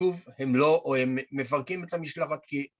‫הם לא, או הם מפרקים את המשלחת כי...